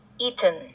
Eaten